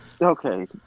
Okay